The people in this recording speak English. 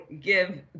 give